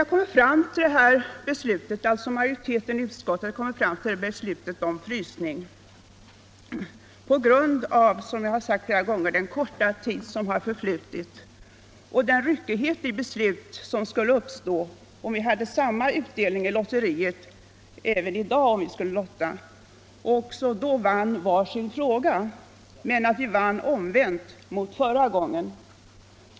Majoriteten i utskottet har kommit fram till det här beslutet om en frysning på grund av den korta tid som har förflutit och med tanke på den ryckighet i besluten som skulle uppstå, om vi hade samma utdelning i ett lotteri även i dag och vann i var sin fråga, men omvänt mot förra gången.